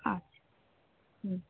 আচ্ছা হুম